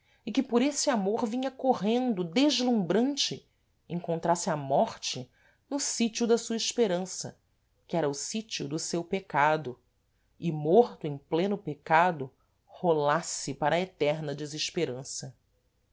e que por êsse amor vinha correndo deslumbrante encontrasse a morte no sítio da sua esperança que era o sítio do seu pecado e morto em pleno pecado rolasse para a eterna desesperança